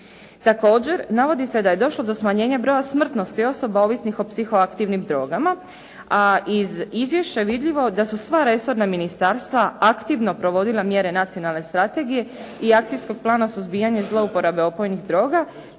Također navodi se da je došlo do smanjenja broja smrtnosti osoba ovisnih o psihoaktivnim drogama, a iz izvješća je vidljivo da su sva resorna ministarstva aktivno provodila mjere nacionalne strategije i akcijskog plana suzbijanja zlouporabe opojnih droga,